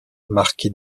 marquis